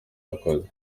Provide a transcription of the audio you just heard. yakoze